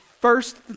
first